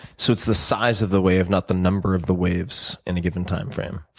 so, it's the size of the wave, not the number of the waves in a given time frame?